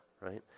right